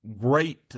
great